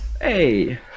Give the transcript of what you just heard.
Hey